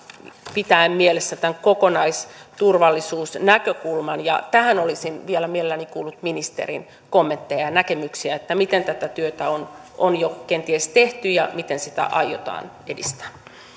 pitäen mielessä tämän kokonaisturvallisuusnäkökulman tähän olisin vielä mielelläni kuullut ministerin kommentteja ja näkemyksiä miten tätä työtä on on jo kenties tehty ja miten sitä aiotaan edistää